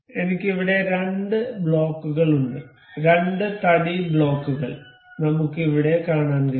എനിക്ക് ഇവിടെ രണ്ട് ബ്ലോക്കുകൾ ഉണ്ട് രണ്ട് തടി ബ്ലോക്കുകൾ നമുക്ക് ഇവിടെ കാണാൻ കഴിയും